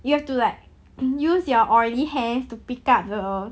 you have to like use your oily hands to pick up the